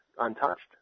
untouched